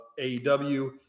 AEW